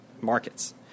markets